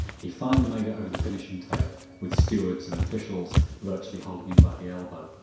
he finally made it over the finishing tape with stewards and officials virtually holding him by the elbow.